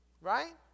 Right